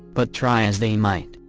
but try as they might,